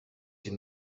die